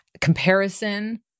comparison